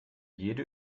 jede